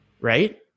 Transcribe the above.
Right